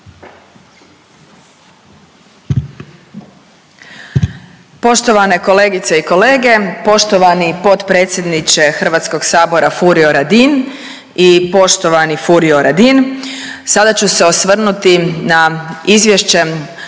Poštovane kolegice i kolege, poštovani potpredsjedniče Hrvatskog sabora Furio Radin i poštovani Furio Radin sada ću se osvrnuti na Izvješće